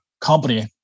company